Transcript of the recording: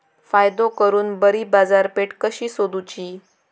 फायदो करून बरी बाजारपेठ कशी सोदुची?